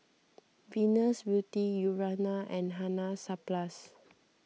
Venus Beauty Urana and Hansaplast